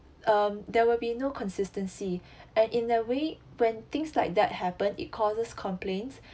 um there will be no consistency and in a way when things like that happen it causes complaints